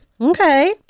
Okay